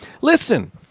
listen